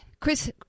Chris